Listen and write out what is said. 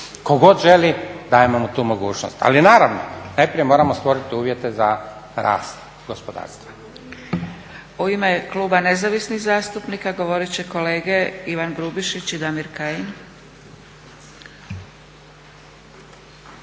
god želi dajmo mu tu mogućnost. Ali naravno najprije moramo stvoriti uvjete za rast gospodarstva. **Zgrebec, Dragica (SDP)** U ime Kluba nezavisnih zastupnika govorit će kolege Ivan Grubišić i Damir Kajin.